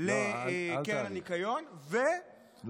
לקרן הניקיון, לא.